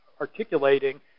articulating